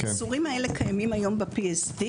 האיסורים האלה קיימים היום ב-PSD,